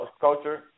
culture